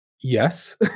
Yes